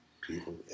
people